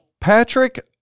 patrick